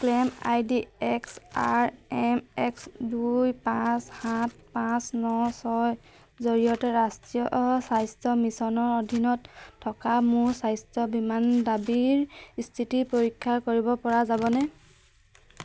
claim I D X R M X দুই পাঁচ সাত পাঁচ ন ছয়ৰ জৰিয়তে ৰাষ্ট্ৰীয় স্বাস্থ্য মিছনৰ অধীনত থকা মোৰ স্বাস্থ্য বীমান দাবীৰ স্থিতি পৰীক্ষা কৰিব পৰা যাবনে